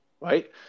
Right